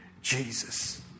Jesus